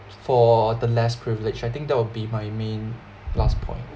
for the less privileged I think that will be my main last point